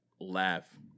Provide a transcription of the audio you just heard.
laugh